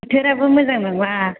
बोथोराबो मोजां नङा